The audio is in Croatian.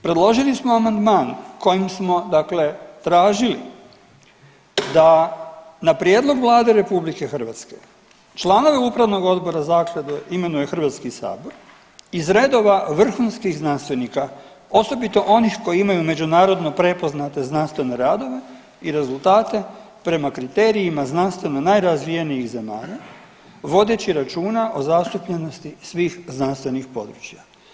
Predložili smo amandman kojim smo dakle tražili da na prijedlog Vlade RH članovi Upravnog odbora zaklade imenuje HS iz redova vrhunskih znanstvenika osobito onih koji imaju međunarodno prepoznate znanstvene radove i rezultate prema kriterijima znanstveno najrazvijenijih zemalja vodeći računa o zastupljenosti svih znanstvenih područja.